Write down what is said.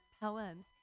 poems